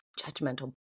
Judgmental